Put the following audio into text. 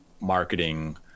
marketing